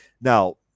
now